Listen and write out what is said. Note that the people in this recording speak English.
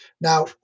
Now